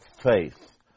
faith